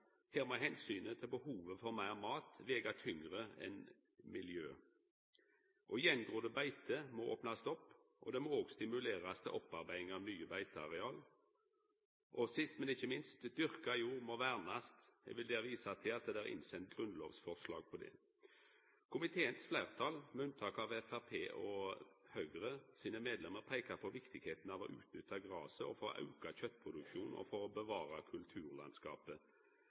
Her må omsynet til behovet for meir mat vega tyngre enn omsynet til miljøet. Attgrodde beite må opnast opp, og det må òg stimulerast til opparbeiding av nye beiteareal. Sist, men ikkje minst: Dyrka jord må vernast, og eg vil visa til at det er sendt inn grunnlovsforslag om det. Komiteens fleirtal, med unntak av medlemene frå Framstegspartiet og Høgre, peikar på viktigheita av å utnytta graset og få auka kjøtproduksjon, og av å bevara